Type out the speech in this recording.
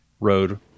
road